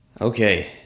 Okay